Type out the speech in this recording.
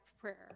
prayer